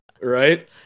Right